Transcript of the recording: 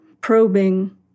probing